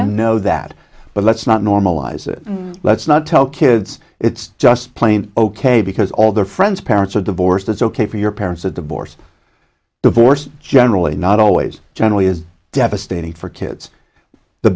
am know that but let's not normalize it let's not tell kids it's just plain ok because all their friends parents are divorced it's ok for your parents to divorce divorce generally not always generally is devastating for kids the